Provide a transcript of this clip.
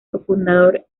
cofundador